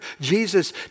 Jesus